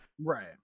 Right